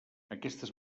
aquestes